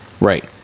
Right